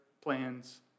plans